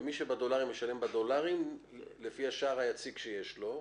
ומי שבחוץ לארץ משלם בדולרים לפי השער היציג שיש לו.